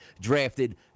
drafted